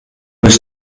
was